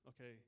okay